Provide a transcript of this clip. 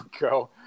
go